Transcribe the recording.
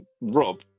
rob